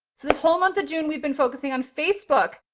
so this whole month of june we've been focusing on facebook,